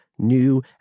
new